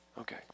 Okay